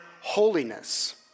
holiness